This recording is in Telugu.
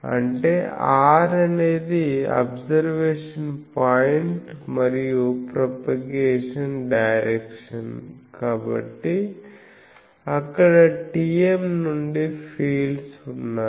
అంటే r అనేది అబ్సర్వేషన్ పాయింట్ మరియు ప్రోపగేషన్ డైరెక్షన్ కాబట్టి అక్కడ TM నుండి ఫీల్డ్స్ ఉన్నాయి